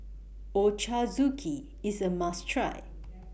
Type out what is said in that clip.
Ochazuke IS A must Try